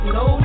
no